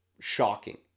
shocking